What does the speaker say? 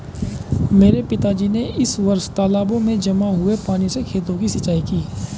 मेरे पिताजी ने इस वर्ष तालाबों में जमा हुए पानी से खेतों की सिंचाई की